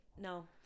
no